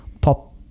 pop